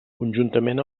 conjuntament